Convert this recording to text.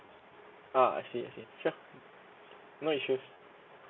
uh okay okay sure no issues